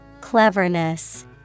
Cleverness